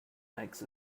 makes